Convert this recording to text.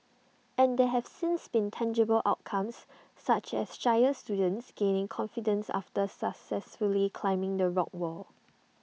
and there have since been tangible outcomes such as shyer students gaining confidence after successfully climbing the rock wall